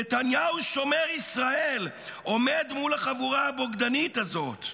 נתניהו שומר ישראל עומד מול החבורה הבוגדנית הזאת,